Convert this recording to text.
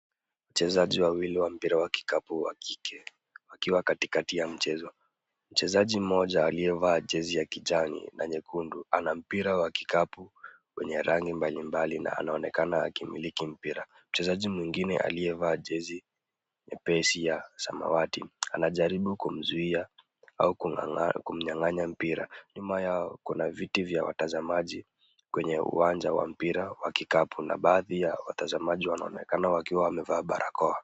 Wachezaji wawili wa mpira wa kikapu wa kike. Wakiwa katikati ya mchezo. Mchezaji mmoja aliyevaa jezi ya kijani na nyekundu ana mpira wa kikapu wenye rangi mbalimbali na anaonekana akimiliki mpira. Mchezaji mwingine aliyevaa jezi nyepesi ya samawati anajaribu kumzuia au kumnyang'anya mpira. Nyuma yao kuna viti vya watazamaji, kwenye uwanja wa mpira wa kikapu na baadhi ya watazamaji wanaonekana wakiwa wamevaa barakoa.